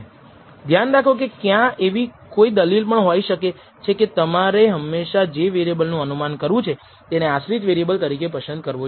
ધ્યાન રાખો કે ક્યાં એવી કોઈ દલીલ પણ હોઈ શકે છે કે તમારે હંમેશા જે વેરિએબલનું અનુમાન કરવું છે તેને આશ્રિત વેરિએબલ તરીકે પસંદ કરવો જોઈએ